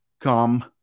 come